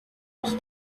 was